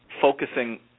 focusing